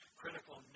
critical